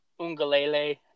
Ungalele